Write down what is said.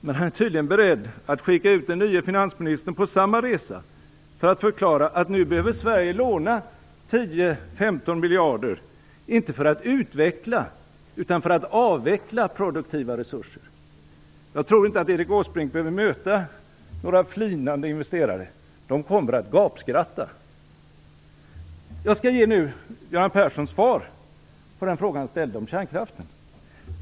Men han är tydligen beredd att skicka ut den nya finansministern på samma resa för att förklara att Sverige nu behöver låna 10-15 miljarder, inte för att utveckla, utan för att avveckla produktiva resurser. Jag tror inte att Erik Åsbrink behöver möta några flinande investerare. De kommer att gapskratta. Jag skall ge Göran Persson svar på den fråga han ställde om kärnkraften.